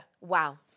wow